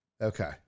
okay